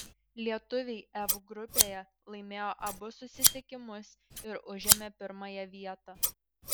lietuviai f grupėje laimėjo abu susitikimus ir užėmė pirmąją vietą